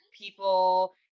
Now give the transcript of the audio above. people